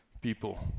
people